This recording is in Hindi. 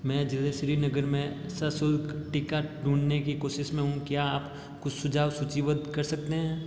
मैं जिले श्रीनगर में सशुल्क टीका ढूँढने की कोशिश में हूँ क्या आप कुछ सुझाव सूचीबद्ध कर सकते हैं